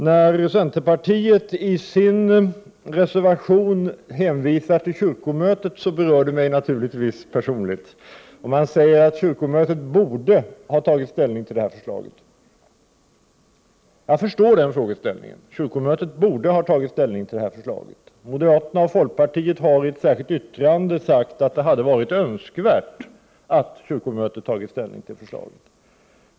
När centerpartiet i sin reservation hänvisar till kyrkomötet berör det mig naturligtvis personligen. Man säger att kyrkomötet borde ha tagit ställning till detta. Jag förstår den frågeställningen. Kyrkomötet borde ha tagit ställning till detta förslag. Moderaterna och folkpartiet har i ett särskilt yttrande sagt att det varit önskvärt att kyrkomötet tagit ställning till förslaget.